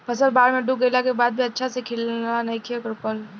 फसल बाढ़ में डूब गइला के बाद भी अच्छा से खिलना नइखे रुकल